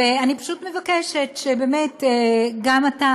ואני פשוט מבקשת שבאמת גם אתה,